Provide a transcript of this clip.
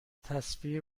تصویر